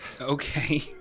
Okay